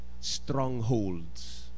strongholds